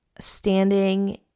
standing